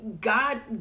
God